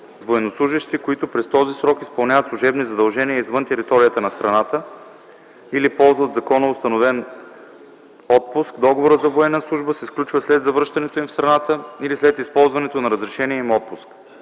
С военнослужещите, които през този срок изпълняват служебни задължения извън територията на страната или ползват законоустановен отпуск, договорът за военна служба се сключва след завръщането им в страната или след използването на разрешения им отпуск.